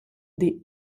des